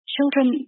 Children